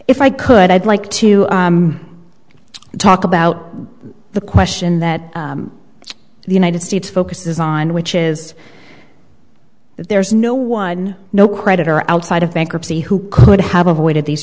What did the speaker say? if i could i'd like to talk about the question that the united states focuses on which is that there is no one no creditor outside of bankruptcy who could have avoided these